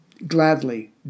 gladly